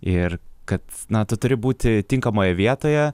ir kad na tu turi būti tinkamoje vietoje